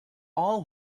all